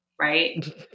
Right